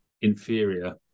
inferior